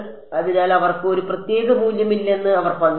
അതിനാൽ അവർക്ക് ഒരു പ്രത്യേക മൂല്യമില്ലെന്ന് അവർ പങ്കിട്ടു